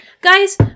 Guys